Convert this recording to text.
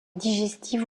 digestive